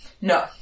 No